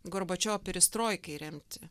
gorbačiovo perestroikai remti